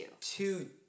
Two